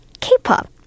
K-pop